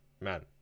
man